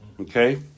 Okay